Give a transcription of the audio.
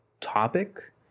topic